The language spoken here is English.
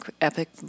epic